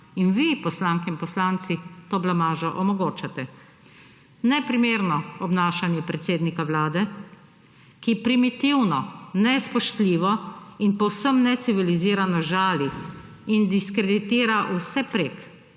In vi, poslanke in poslanci, blamažo omogočate. Neprimerno obnašanje predsednika Vlade, ki primitivno nespoštljivo in povsem necivilizirano žali in diskreditira vse prek